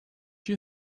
you